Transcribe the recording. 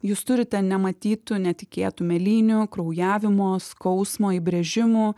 jūs turite nematytų netikėtų mėlynių kraujavimo skausmo įbrėžimų